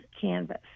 canvas